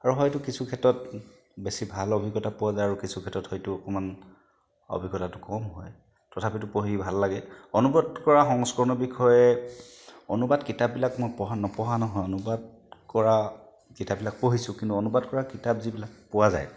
আৰু হয়তো কিছু ক্ষেত্ৰত বেছি ভাল অভিজ্ঞতা পোৱা যায় আৰু হয়তো কিছু ক্ষেত্ৰত অকণমান অভিজ্ঞতাটো কম হয় তথাপিও পঢ়ি ভাল লাগে অনুবদ কৰা সংস্কৰণৰ বিষয়ে অনুবাদ কিতাপবিলাক মই নপঢ়া নহয় অনুবাদ কৰা কিতাপবিলাক পঢ়িছোঁ কিন্তু অনুবাদ কৰা কিতাপ যিবিলাক পোৱা যায়